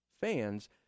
fans